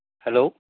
hello